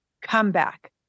comeback